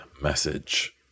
message